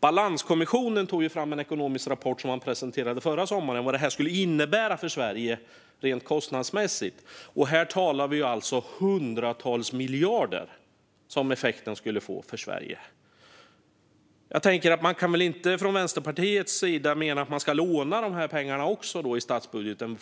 Balanskommissionen tog fram en ekonomisk rapport, som man presenterade förra sommaren, om vad det skulle innebära för Sverige rent kostnadsmässigt. Här talar vi alltså om hundratals miljarder. Den effekten skulle det bli för Sverige. Man kan väl inte från Vänsterpartiets sida mena att man ska låna de pengarna i statsbudgeten?